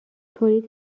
تولید